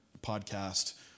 podcast